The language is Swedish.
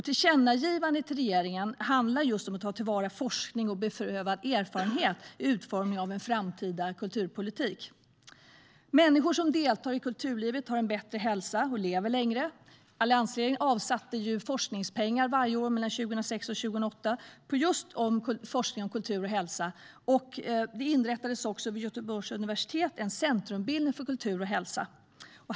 Tillkännagivandet till regeringen handlar om att ta till vara forskning och beprövad erfarenhet i utformningen av en framtida kulturpolitik. Människor som deltar i kulturlivet har en bättre hälsa och lever längre. Alliansregeringen avsatte forskningspengar varje år mellan 2006 och 2008 just för forskning om kultur och hälsa. Vid Göteborgs universitet inrättades också en centrumbildning för kultur och hälsa.